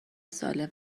سالم